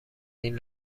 این